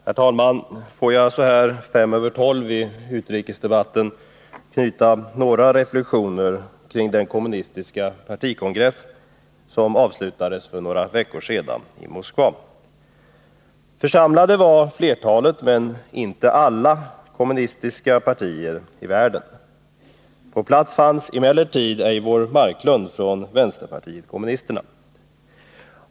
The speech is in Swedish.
Herr talman! Låt mig så här fem över tolv anknyta till den utrikespolitiska debatten med några reflexioner kring den kommunistiska partikongressen i Moskva, som avslutades för några veckor sedan. Församlade till kongressen var flertalet — men inte alla — kommunistiska partier i världen. På plats fanns också Eivor Marklund från vänsterpartiet kommunisterna.